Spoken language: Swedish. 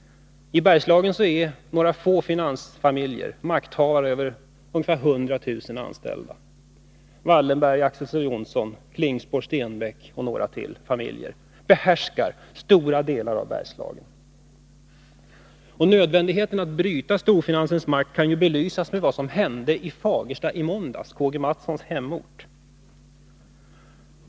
I Bergslagen är några få finansfamiljer makthavare över ungefär 100 000 anställda — Wallenberg, Ax:son Johnson, Klingspor och några familjer till behärskar stora delar av Bergslagen. Nödvändigheten att bryta storfinansens makt kan ju belysas med vad som hände i måndags i Fagersta, K.-G. Mathssons hemort.